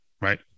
right